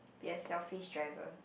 be a selfish driver